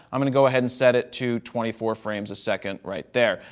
i'm going to go ahead and set it to twenty four frames a second right there.